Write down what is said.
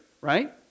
right